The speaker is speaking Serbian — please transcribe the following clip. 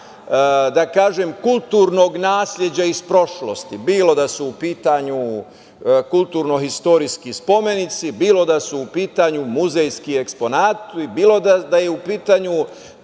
da kažem, kulturnog nasleđa iz prošlosti, bilo da su u pitanju kulturno-istorijski spomenici, bilo da su u pitanju muzejski eksponati, bilo da je u pitanju